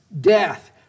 death